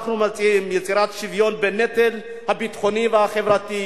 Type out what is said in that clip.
אנחנו מציעים יצירת שוויון בנטל הביטחוני והחברתי.